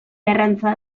garratza